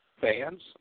fans